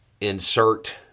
insert